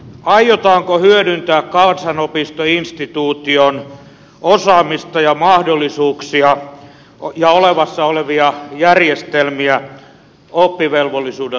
aiotaanko hyödyntää kansanopistoinstituution osaamista ja mahdollisuuksia ja olemassa olevia järjestelmiä oppivelvollisuuden laajentamisessa